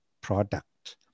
product